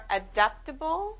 adaptable